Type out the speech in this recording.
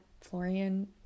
Florian